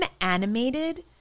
animated